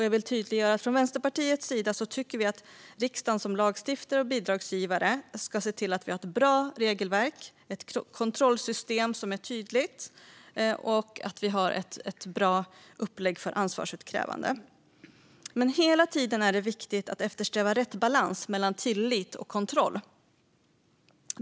Jag vill tydliggöra att vi från Vänsterpartiets sida tycker att riksdagen som lagstiftare och bidragsgivare ska se till att vi har ett bra regelverk, ett kontrollsystem som är tydligt och ett bra upplägg för ansvarsutkrävande. Det är dock hela tiden viktigt att eftersträva rätt balans mellan tillit och kontroll.